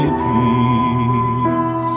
peace